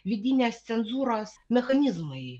vidinės cenzūros mechanizmai